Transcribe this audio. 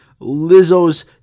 Lizzo's